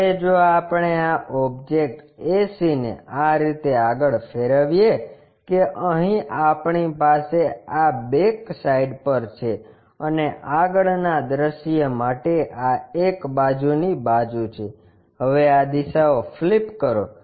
હવે જો આપણે આ ઓબ્જેક્ટ ac ને આ રીતે આગળ ફેરવીએ કે અહીં આપણી પાસે આ બેકસાઇડ પર છે અને આગળના દૃશ્ય માટે આ એક બાજુની બાજુ છે હવે આ દિશાઓ ફ્લિપ કરો